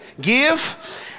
Give